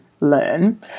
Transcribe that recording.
learn